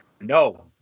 no